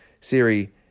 Siri